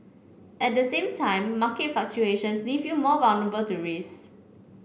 at the same time market fluctuations leave you more vulnerable to risk